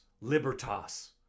libertas